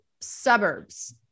suburbs